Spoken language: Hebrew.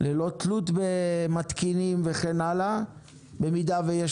ללא תלות במתקינים וכן הלאה במידה ויש